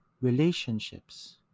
relationships